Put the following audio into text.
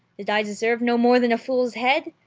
did i deserve no more than a fool's head?